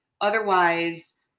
otherwise